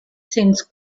cents